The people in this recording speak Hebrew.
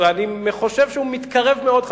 ואני חושב שהוא מתקרב מאוד,